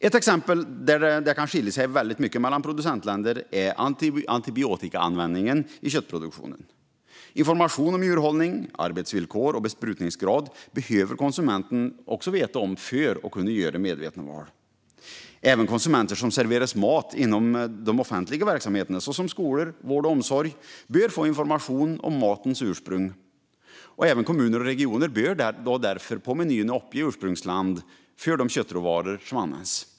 Ett exempel där det kan skilja sig mycket mellan producentländer är antibiotikaanvändningen i köttproduktionen. Information om djurhållning, arbetsvillkor och besprutningsgrad behöver konsumenten också känna till för att kunna göra medvetna val. Även konsumenter som serveras mat inom de offentliga verksamheterna, såsom skolor, vård och omsorg, bör få information om matens ursprung. Därför bör även kommuner och regioner uppge ursprungsland på menyerna för de köttråvaror som använts.